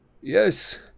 Yes